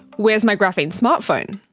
where is my graphene smart phone?